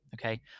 Okay